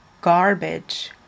garbage